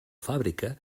fàbrica